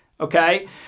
Okay